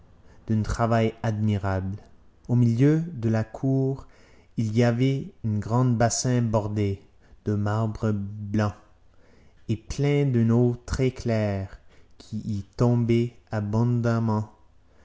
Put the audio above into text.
d'un travail admirable au milieu de la cour il y avait un grand bassin bordé de marbre blanc et plein d'une eau très-claire qui y tombait abondamment